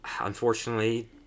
unfortunately